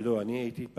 כן, כן.